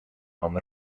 kwam